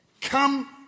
come